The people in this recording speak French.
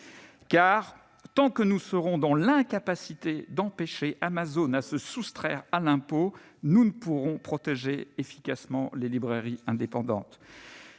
Car, tant que nous serons dans l'incapacité d'empêcher Amazon de se soustraire à l'impôt, nous ne pourrons protéger efficacement les libraires indépendants.